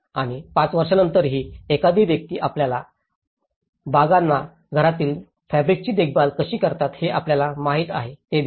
आणि पाच वर्षांनंतरही एखादी व्यक्ती आपल्या बागांना घरातील फॅब्रिकची देखभाल कशी करतात हे आपल्याला माहिती आहे हे दिसते